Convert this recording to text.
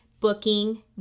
booking